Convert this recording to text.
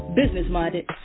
business-minded